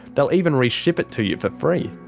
they'll even reship it to you for free.